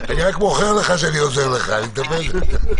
ולידו העוזר לו לתומכו,